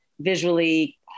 visually